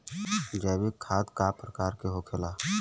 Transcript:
जैविक खाद का प्रकार के होखे ला?